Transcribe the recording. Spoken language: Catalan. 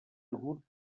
degut